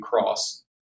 cross